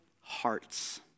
hearts